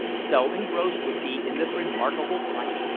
so engrossed was he in this remarkable fight.